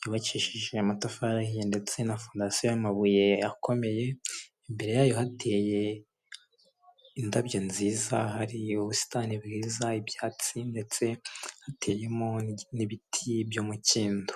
yubakishije amatafari ahiye, ndetse na fondasiyo y'amabuye akomeye, imbere yayo hateye indabyo nziza hari ubusitani bwiza, ibyatsi ndetse hateyemo n'ibiti by'umukindo.